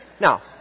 Now